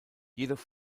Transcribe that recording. jedoch